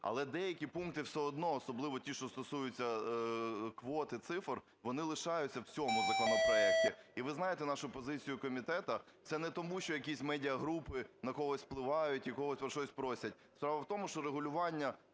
Але деякі пункти все одно, особливо ті, що стосуються квот і цифр, вони лишаються в цьому законопроекті. І ви знаєте нашу позицію комітету. Це не тому, що якісь медіа-групи на когось впливають і когось про щось просять. Справа в тому, що регулювання